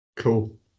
Cool